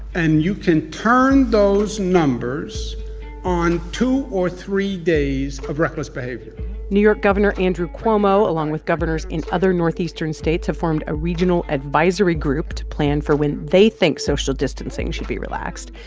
and you can turn those numbers on two or three days of reckless behavior new york gov. andrew cuomo, along with governors in other northeastern states, have formed a regional advisory group to plan for when they think social distancing should be relaxed,